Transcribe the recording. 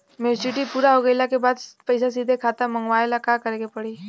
Maturity पूरा हो गइला के बाद पईसा सीधे खाता में मँगवाए ला का करे के पड़ी?